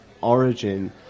origin